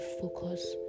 focus